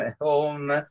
home